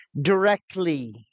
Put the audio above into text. directly